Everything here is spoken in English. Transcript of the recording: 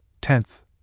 tenth